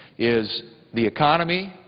is the economy,